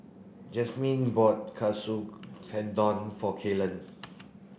Jasmyn bought Katsu Tendon for Kellan